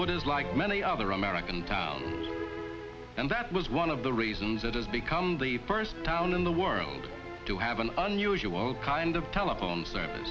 englewood is like many other american towns and that was one of the reasons it has become the first town in the world to have an unusual kind of telephone service